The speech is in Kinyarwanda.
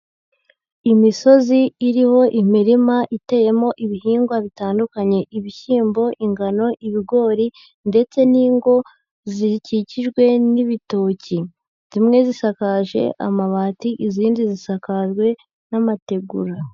Imisozi iriho imirima iteyemo ibihingwa bitandukanye, ibishyimbo, ingano, ibigori ndetse n'ingo zikikijwe n'ibitoki. Zimwe zisakaje amabati, izindi zisakajwe n'amategura.